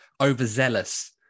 overzealous